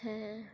হ্যাঁ হ্যাঁ